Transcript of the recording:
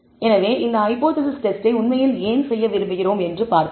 எனவே இந்த ஹைபோதேசிஸ் டெஸ்டை உண்மையில் ஏன் செய்ய விரும்புகிறோம் என்று பார்ப்போம்